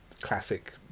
classic